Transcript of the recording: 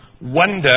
wonder